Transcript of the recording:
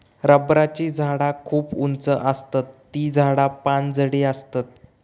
रबराची झाडा खूप उंच आसतत ती झाडा पानझडी आसतत